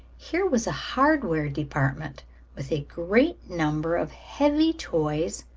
here was a hardware department with a great number of heavy toys,